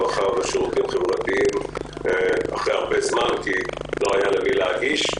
הרווחה והשירותים החברתיים אחרי זמן רב כי לא היה למי להגיש.